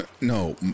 no